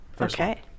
Okay